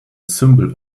symbol